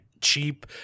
cheap